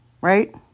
right